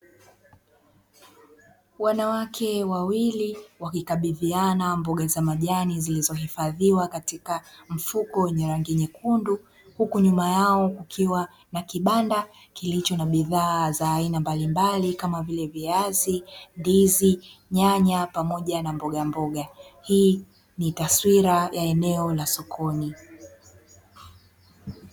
Wanawake wawili wakikabidhiana mboga za majani zilizohifadhiwa katika mfuko wenye rangi nyekundu, huku nyuma yao kukiwa na kibanda kilicho na bidhaa za aina mbalimbali kama vile: viazi, ndizi, nyanya, pamoja na mbogamboga. Hii ni taswira ya eneo la sokoni.